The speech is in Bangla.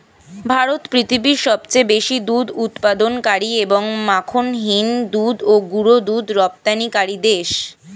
ভারত পৃথিবীর সবচেয়ে বেশি দুধ উৎপাদনকারী এবং মাখনহীন দুধ ও গুঁড়ো দুধ রপ্তানিকারী দেশ